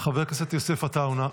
חבר הכנסת יוסף עטאונה,